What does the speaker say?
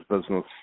business